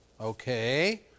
okay